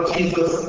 Jesus